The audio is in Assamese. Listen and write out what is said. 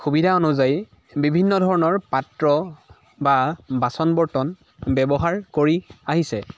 সুবিধা অনুযায়ী বিভিন্ন ধৰণৰ পাত্ৰ বা বাচন বৰ্তন ব্যৱহাৰ কৰি আহিছে